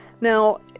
Now